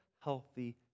healthy